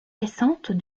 récentes